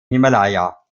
himalaya